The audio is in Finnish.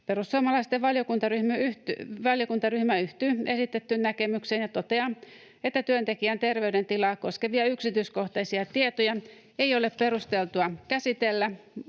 Perussuomalaisten valiokuntaryhmä yhtyy esitettyyn näkemykseen ja toteaa, että työntekijän terveydentilaa koskevia yksityiskohtaisia tietoja ei ole perusteltua käsitellä